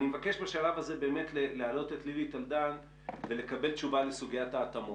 אני מבקש בשלב הזה להעלות את לילי טלדן ולקבל תשובה לסוגיית ההתאמות.